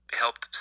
helped